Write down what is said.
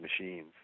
machines